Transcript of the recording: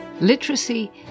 literacy